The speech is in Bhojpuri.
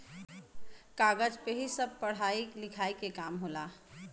कागज पे ही सब पढ़ाई लिखाई के काम होला